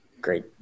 Great